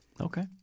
Okay